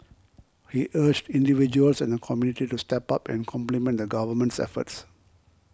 he urged individuals and the community to step up and complement the Government's efforts